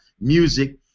Music